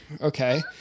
okay